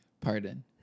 pardon